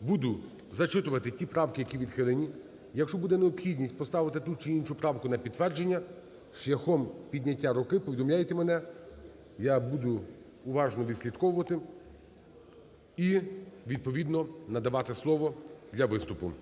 буду зачитувати ті правки, які відхилені, якщо буде необхідність поставити ту чи іншу правку на підтвердження, шляхом підняття руки повідомляйте мене, я буду уважно відслідковувати і відповідно надавати слово для виступу.